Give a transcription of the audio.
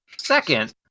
Second